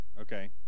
Okay